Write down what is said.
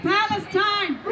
Palestine